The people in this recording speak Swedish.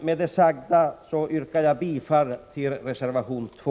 Med det sagda yrkar jag bifall till reservation 2.